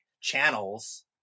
channels